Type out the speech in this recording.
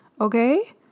okay